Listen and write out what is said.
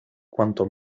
cuanto